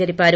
జరిపారు